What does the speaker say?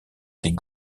des